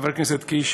חבר הכנסת קיש